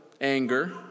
anger